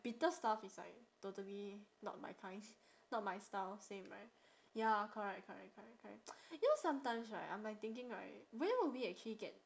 bitter stuff is like totally not my kind not my style same right ya correct correct correct correct you know sometimes right I'm like thinking right where will we actually get